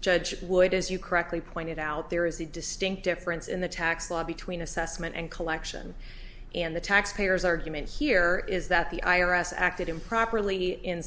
judge would as you correctly pointed out there is a distinct difference in the tax law between assessment and collection and the tax payers argument here is that the i r s acted improperly in